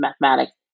mathematics